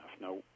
no